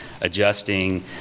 adjusting